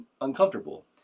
uncomfortable